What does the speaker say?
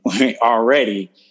already